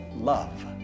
love